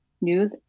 news